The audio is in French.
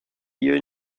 ayant